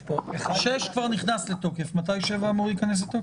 6 כבר נכנס לתוקף, מתי 7 אמור להיכנס לתוקף?